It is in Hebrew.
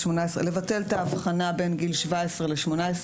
לבטל את האבחנה בין גיל 17 ל-18,